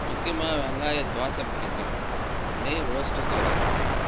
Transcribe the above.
முக்கியமாக வெங்காயத் தோசை பிடிக்கும் நெய் ரோஸ்ட்டு நல்லா சாப்பிடுவேன்